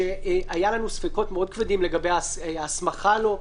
שהיו לנו ספקות מאוד כבדים לגבי ההסמכה לו,